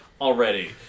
already